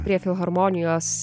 prie filharmonijos